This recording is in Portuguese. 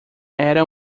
era